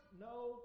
no